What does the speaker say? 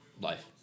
Life